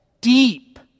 deep